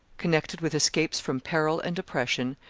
connected with escapes from peril and oppression,